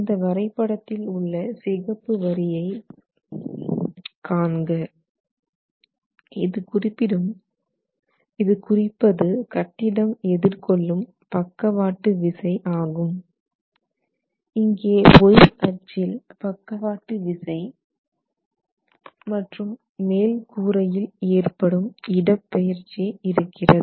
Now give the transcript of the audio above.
இந்த வரைபடத்தில் உள்ள சிகப்பு வரியை காண்க இது குறிப்பது கட்டிடம் எதிர் கொள்ளும் பக்கவாட்டு விசை ஆகும் இங்கே y அச்சில் பக்கவாட்டு விசை மற்றும் மேல் கூரையில் ஏற்படும் இடப்பெயர்ச்சி இருக்கிறது